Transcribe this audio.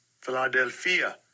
Philadelphia